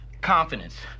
confidence